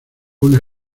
una